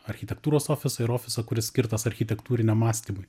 architektūros ofisą ir ofisą kuris skirtas architektūriniam mąstymui